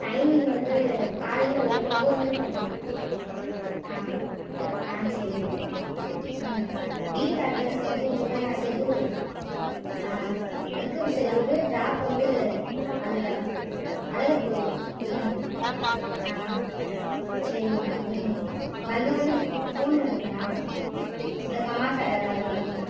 timing வந்து காலையில ஒம் ஒம்பது மணிக்கு வந்துடுங்க ஆ ஆ சரிங்கண்ணா ம் வீட்டு அட்ரஸ் வந்து இங்கேதாண்ணா செல்லூர் ஆ பிக்கப்பு செல்லூர் ட்ராப் வந்து அழ அழகர் கோவில் ம் ஆ சரிங்கண்ணா ம் வந்தவுடனே ஃபோ ஃபோன் பண்ணுங்கன்னா இந்த கம்மாக்கர வந்தொடன்னயும்